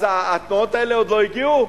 אז התנועות האלה עוד לא הגיעו?